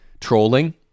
trolling